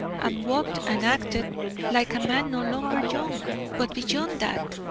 and walked and acted like a man no longer young, but beyond that